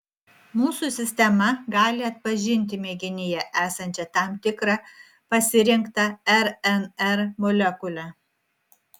mūsų sistema gali atpažinti mėginyje esančią tam tikrą pasirinktą rnr molekulę